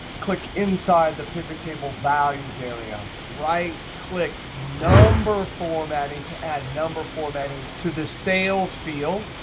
click inside the pivot table values area. right click number formatting to add number formatting to the sales field.